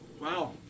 Wow